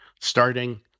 starting